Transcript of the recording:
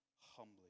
humbly